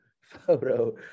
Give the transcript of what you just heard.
photo